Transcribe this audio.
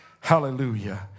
Hallelujah